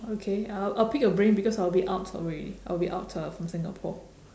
okay I'll I'll pick your brain because I'll be out already I'll be out uh from singapore